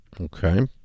Okay